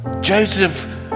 Joseph